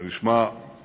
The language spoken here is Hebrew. זה נשמע רחוק,